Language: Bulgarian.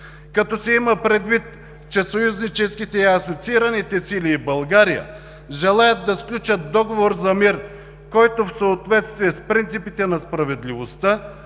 като се има предвид, че съюзническите и асоциираните сили и България желаят да сключат договор за мир, който в съответствие с принципите на справедливостта